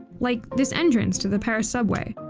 like this entrance to the paris subway.